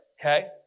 okay